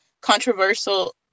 controversial